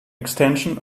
extension